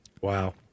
Wow